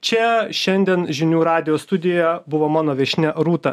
čia šiandien žinių radij studijoje buvo mano viešnia rūta